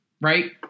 Right